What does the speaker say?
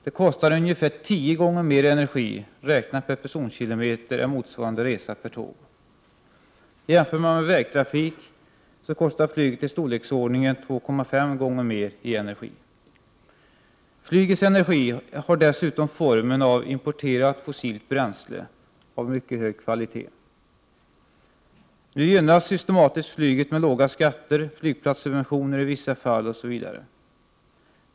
Det kostar ungefär tio gånger mer energi räknat per personkilometer än motsvarande resa per tåg. Jämför man med vägtrafik kostar flyget ungefär två och en halv gånger mer i energi. Flygets energi har dessutom formen av importerat fossilt bränsle av mycket hög kvalitet. Nu gynnas flyget systematiskt med låga skatter, flygplatssubventioner i vissa fall, m.m.